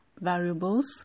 variables